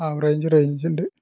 average range ഉണ്ട്